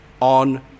on